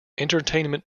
entertainment